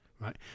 right